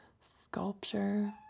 sculpture